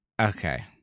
okay